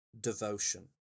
Devotion